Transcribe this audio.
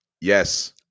Yes